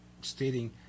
stating